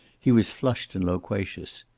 he was flushed and loquacious.